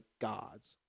gods